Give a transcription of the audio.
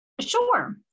Sure